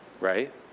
right